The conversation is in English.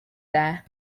there